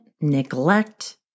neglect